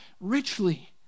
richly